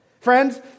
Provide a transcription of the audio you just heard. Friends